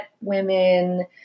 women